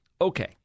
Okay